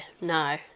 no